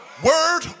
word